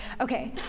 okay